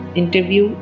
interview